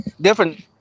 different